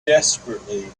desperately